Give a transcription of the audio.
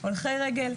הולכי רגל,